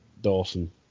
Dawson